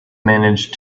managed